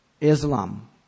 Islam